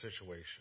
situation